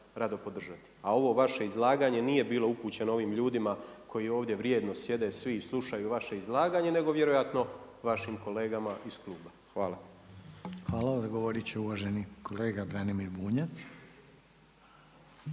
rado podržati. A ovo vaše izlaganje nije bilo upućeno ovim ljudima koji ovdje vrijedno sjede svi i slušaju vaše izlaganje nego vjerojatno vašim kolegama iz kluba. Hvala. **Reiner, Željko (HDZ)** Hvala. Odgovorit će uvaženi kolega Branimir Bunjac.